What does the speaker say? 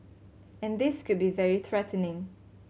and this could be very threatening